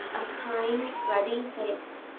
a kind, ruddy face,